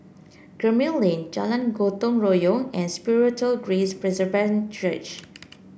Gemmill Lane Jalan Gotong Royong and Spiritual Grace Presbyterian Church